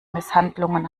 misshandlungen